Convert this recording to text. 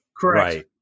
correct